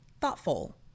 thoughtful